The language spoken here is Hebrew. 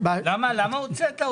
למה הוצאת אותו?